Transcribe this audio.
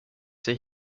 sig